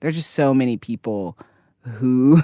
there's just so many people who